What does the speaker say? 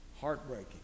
Heartbreaking